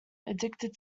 addicted